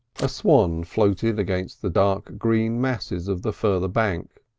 a swan floated against the dark green masses of the further bank,